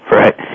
right